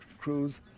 crews